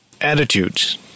attitudes